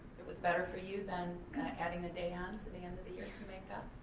it was better for you than kind of adding a day on to the end of the year to make up?